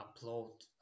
upload